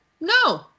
no